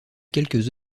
quelques